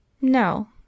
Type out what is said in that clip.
No